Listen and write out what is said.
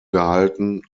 gehalten